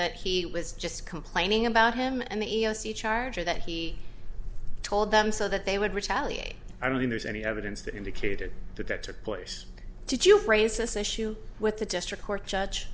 that he was just complaining about him and the e e o c charge or that he told them so that they would retaliate i don't think there's any evidence that indicated that that took place did you raise this issue with the district court judge